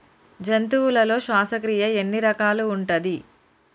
జంతువులలో శ్వాసక్రియ ఎన్ని రకాలు ఉంటది?